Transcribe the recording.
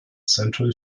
central